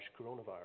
coronavirus